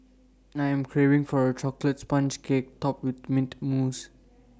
I am craving for A Chocolate Sponge Cake Topped with Mint Mousse